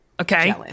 Okay